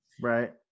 Right